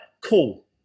cool